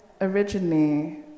originally